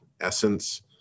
essence